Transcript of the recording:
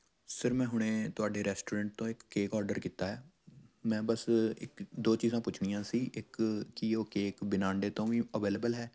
sir ਮੈਂ ਹੁਣੇ ਤੁਹਾਡੇ ਰੈਸਟੋਰੈਂਟ ਤੋਂ ਇੱਕ ਕੇਕ ਔਡਰ ਕੀਤਾ ਹੈ ਮੈਂ ਬਸ ਇੱਕ ਦੋ ਚੀਜ਼ਾਂ ਪੁੱਛਣੀਆਂ ਸੀ ਇੱਕ ਕੀ ਉਹ ਕੇਕ ਬਿਨਾਂ ਆਂਡੇ ਤੋਂ ਵੀ ਅਵੇਲੇਬਲ ਹੈ